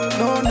no